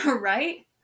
Right